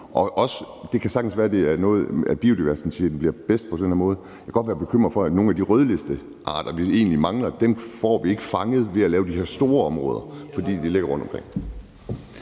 Og det kan sagtens være, at biodiversiteten bliver bedst på den her måde, men jeg kan godt være bekymret for, at nogle af de rødlistede arter, vi egentlig mangler, får vi ikke fanget ved at lave de her store områder, fordi de ligger rundtomkring.